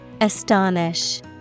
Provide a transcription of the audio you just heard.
Astonish